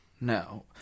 no